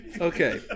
Okay